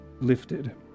lifted